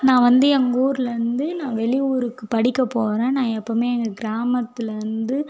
நான் வந்து எங்கள் ஊரில் இருந்து நான் வெளியூருக்கு படிக்கப் போகிறேன் நான் எப்பவுமே எங்கள் கிராமத்துலேருந்து